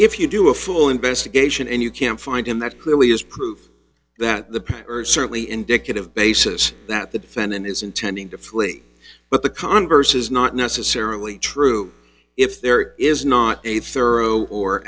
if you do a full investigation and you can't find him that clearly is proof that the earth certainly indicative basis that the defendant is intending to flee but the converse is not necessarily true if there is not a thorough or